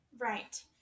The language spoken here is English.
Right